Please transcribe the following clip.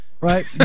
Right